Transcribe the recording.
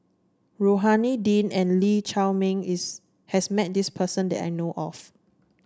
Rohani Din and Lee Chiaw Meng is has met this person that I know of